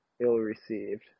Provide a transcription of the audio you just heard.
ill-received